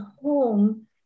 home